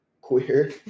Queer